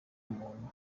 umuntu